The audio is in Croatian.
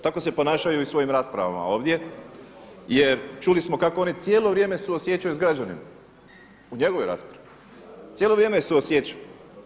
Tako se ponašaju i u svojim raspravama ovdje jer čuli smo kako oni cijelo vrijeme suosjećaju sa građanima u njegovoj raspravi, cijelo vrijeme je suosjećao.